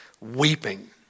weeping